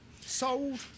Sold